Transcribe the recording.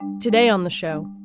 today on the show,